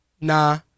Nah